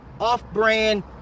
off-brand